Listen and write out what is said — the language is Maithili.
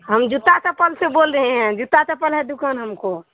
हम जूता चपल से बोल रहै है जूता चपल है दुकान हमको